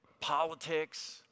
politics